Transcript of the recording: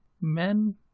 men